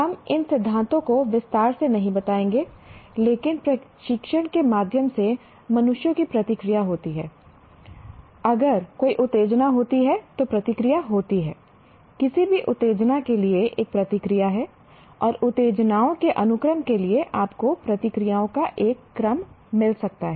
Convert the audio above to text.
हम इन सिद्धांतों को विस्तार से नहीं बताएंगे लेकिन प्रशिक्षण के माध्यम से मनुष्यों की प्रतिक्रिया होती है अगर कोई उत्तेजना होती है तो प्रतिक्रिया होती है किसी भी उत्तेजना के लिए एक प्रतिक्रिया है और उत्तेजनाओं के अनुक्रम के लिए आपको प्रतिक्रियाओं का एक क्रम मिल सकता है